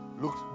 Look